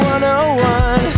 101